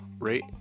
Rate